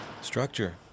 Structure